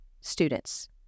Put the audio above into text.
students